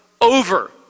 over